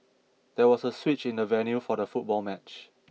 there was a switch in the venue for the football match